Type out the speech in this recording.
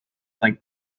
cinq